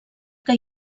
que